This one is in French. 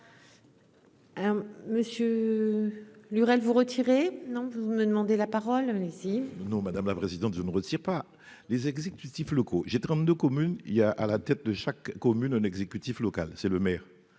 Monsieur Lurel vous retirer non vous me demandez la parole ici. Non, madame la présidente, je ne retire pas les exécutifs locaux, j'ai 32 communes il y a à la tête de chaque commune un exécutif local, c'est le maire,